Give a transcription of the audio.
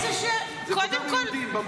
זה פוגע ביהודים.